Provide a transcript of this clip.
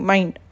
Mind